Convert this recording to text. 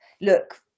Look